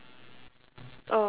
oh